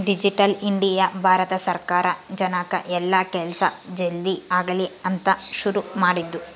digital India Bharat ಸರ್ಕಾರ ಜನಕ್ ಎಲ್ಲ ಕೆಲ್ಸ ಜಲ್ದೀ ಆಗಲಿ ಅಂತ ಶುರು ಮಾಡಿದ್ದು